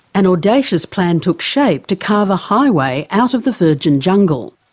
an audacious plan took shape to carve a highway out of the virgin jungle.